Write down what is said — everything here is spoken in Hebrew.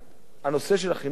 הנושא של החינוך לגיל הרך.